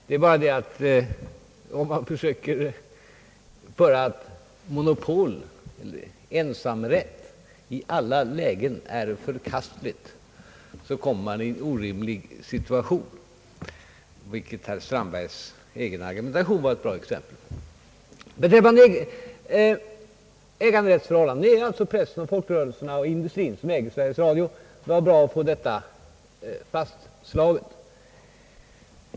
Det är bara så att om man försöker hävda att monopol, ensamrätt, är förkastligt i alla lägen, kommer man i en orimlig situation, vilket herr Strandbergs egen argumentation var ett bra exempel på. Beträffande äganderättsförhållandena är det alltså så att det är pressen, folkrörelserna och industrin som äger Sveriges Radio. Det var bra att få detta fastslaget.